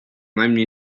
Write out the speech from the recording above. najmniej